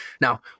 Now